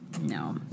No